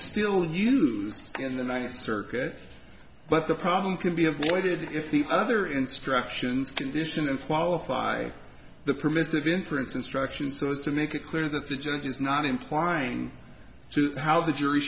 still used in the ninth circuit but the problem can be avoided if the other instruction condition and qualify the permissive inference instruction so it's to make it clear that the judge is not implying to how the jury